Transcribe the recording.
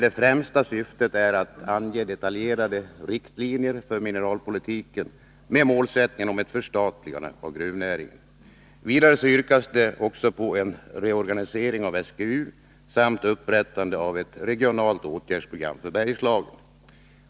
Det främsta syftet här är att ange detaljerade riktlinjer för mineralpolitiken med målsättningen ett förstatligande av gruvnäringen. Vidare yrkas på en reorganisering av SGU samt upprättande av ett regionalt åtgärdsprogram för Bergslagen.